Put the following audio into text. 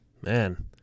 Man